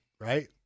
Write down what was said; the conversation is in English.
right